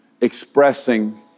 expressing